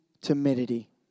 timidity